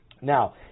Now